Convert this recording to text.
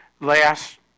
last